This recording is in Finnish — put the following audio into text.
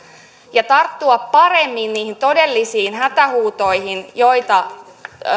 ja tarttua paremmin niihin todellisiin hätähuutoihin joita